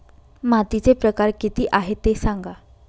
मातीचे प्रकार किती आहे ते सांगा